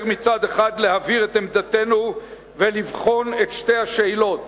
מצד אחד להבהיר את עמדתנו ולבחון את שתי השאלות: